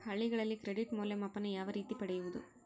ಹಳ್ಳಿಗಳಲ್ಲಿ ಕ್ರೆಡಿಟ್ ಮೌಲ್ಯಮಾಪನ ಯಾವ ರೇತಿ ಪಡೆಯುವುದು?